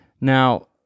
Now